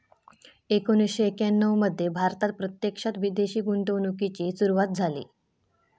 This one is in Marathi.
एकोणीसशे एक्याण्णव मध्ये भारतात प्रत्यक्षात विदेशी गुंतवणूकीची सुरूवात झाली